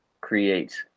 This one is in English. creates